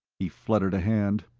he fluttered a hand.